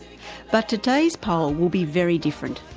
but today's poll will be very different.